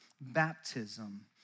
baptism